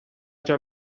già